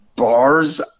Bars